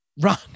Run